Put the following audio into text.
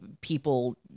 people